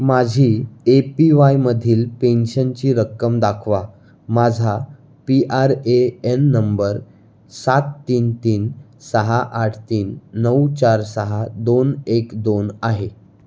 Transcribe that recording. माझी A P वायमधील पेन्शनची रक्कम दाखवा माझा P R A N number सात तीन तीन सहा आठ तीन नऊ चार सहा दोन एक दोन आहे